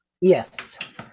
Yes